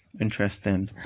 interesting